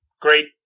Great